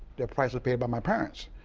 the price was paid by my parents.